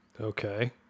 Okay